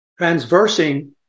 transversing